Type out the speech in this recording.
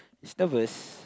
is nervous